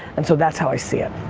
and so that's how i see it.